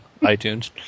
iTunes